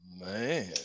Man